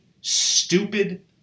stupid